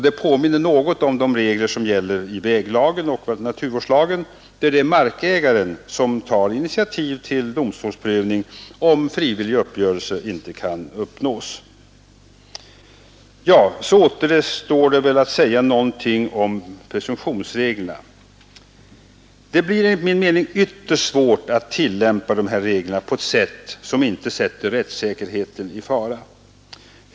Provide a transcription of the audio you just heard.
Det påminner något om de regler som gäller i väglagen och naturvårdslagen, där det är markägaren som tar initiativ till domstolsprövning, om frivillig uppgörelse inte kan uppnås. Sedan återstår att säga något om presumtionsreglerna. Det blir enligt min mening ytterst svårt att tillämpa de här reglerna på ett vis som inte sätter rättssäkerheten i fara.